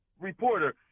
reporter